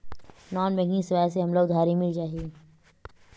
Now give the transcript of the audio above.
Non banking सेवाएं से हमला उधारी मिल जाहि?